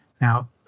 Now